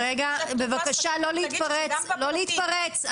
רגע, בבקשה, אני מבקשת לא להתפרץ.